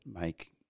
make